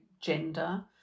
gender